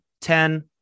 ten